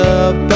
up